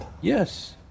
Yes